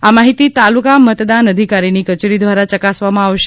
આ માહિતી તાલુકા મતદાન અધિકારીની કચેરી દ્વારા ચકાસવામાં આવશે